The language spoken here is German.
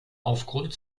aufgrund